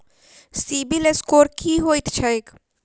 CIBIL score की होइत छैक?